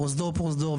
פרוזדור פרוזדור,